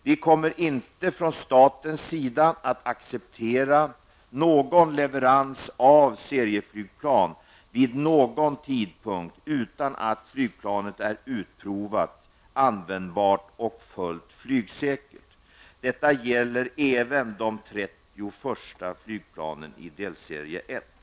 Vi kommer inte från statens sida att acceptera någon leverans av serieflygplan vid någon tidpunkt utan att flygplanet är utprovat, användbart och fullt flygsäkert. Detta gäller även de 30 första flygplanen i delserie 1.